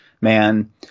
man